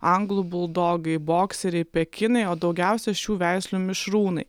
anglų buldogai bokseriai pekinai o daugiausiai šių veislių mišrūnai